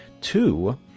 Two